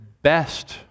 best